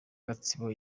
gatsibo